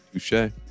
Touche